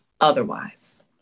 otherwise